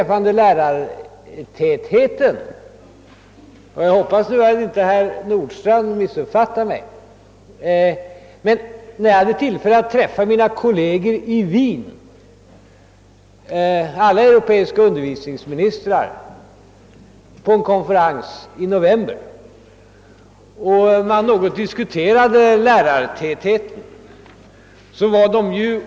Vad sedan lärartätheten beträffar — och nu hoppas jag att herr Nordstrandh inte missuppfattar mig — hade jag i november förra året tillfälle att på en konferens i Wien diskutera den saken med mina kolleger, d. v. s. alla europeiska undervisningsministrar.